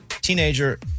Teenager